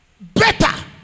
better